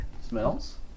Smells